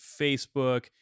Facebook